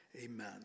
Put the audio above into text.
Amen